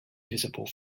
visible